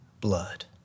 blood